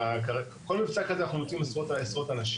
כל מבצע כזה אנחנו מוציאים עשרות אנשים.